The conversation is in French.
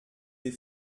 des